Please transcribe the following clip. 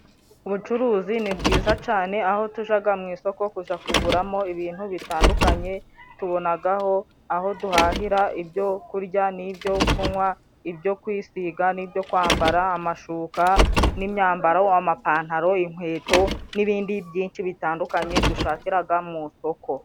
Ubucuruzi ni bwiza cane aho tujaga mu isoko kuguramo ibintu bitandukanye, tubonagaho aho duhahira ibyo kurya n'ibyo kunywa, ibyo kwisiga n'ibyo kwambara, amashuka n'imyambaro, amapantaro, inkweto n'ibindi byinshi bitandukanye dushakiraga mu soko.